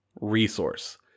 resource